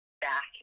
back